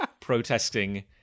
protesting